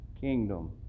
kingdom